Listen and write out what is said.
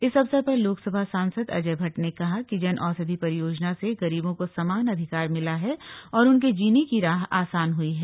इस अवसर पर लोकसभा सांसद अजय भट्ट ने कहा की जन औषधि परियोजना से गरीबों को समान अधिकार मिला है और उनके जीने की राह आसान हुई है